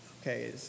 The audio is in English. Okay